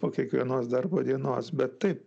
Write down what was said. po kiekvienos darbo dienos bet taip